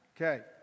Okay